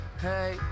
Hey